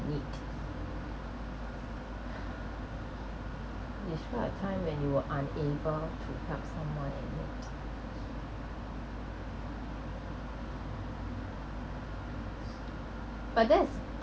need describe a time when you were unable to help someone in need but that's